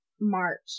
March